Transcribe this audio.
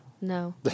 no